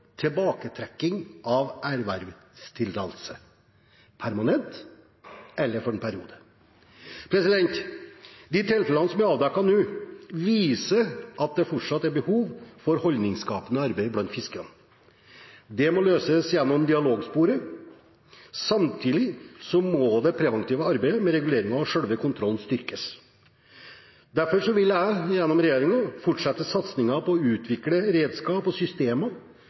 tilbaketrekking av ervervstillatelse – permanent eller for en periode. De tilfellene som nå er avdekket, viser at det fortsatt er behov for holdningsskapende arbeid blant fiskerne. Det må løses gjennom dialogsporet. Samtidig må både det preventive arbeidet med reguleringer og selve kontrollen styrkes. Derfor vil jeg, gjennom regjeringen, fortsette satsingen på å utvikle redskaper og systemer